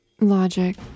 Logic